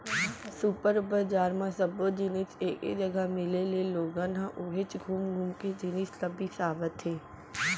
super बजार म सब्बो जिनिस एके जघा मिले ले लोगन ह उहेंच घुम घुम के जिनिस ल बिसावत हे